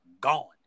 gone